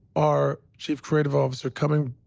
our chief creative officer coming,